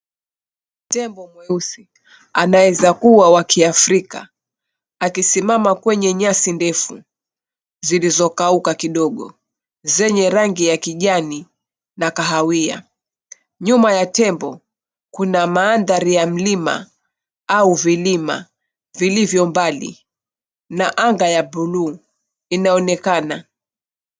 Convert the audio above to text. Tembo mweusi anayeweza kuwa wa Kiafrika akisimama kwenye nyasi ndefu zilizokauka kidogo zenye rangi ya kijani na kahawia. Nyuma ya tembo kuna mandhari ya milima au vilima vilivyo mbali na anga ya buluu inaonekana.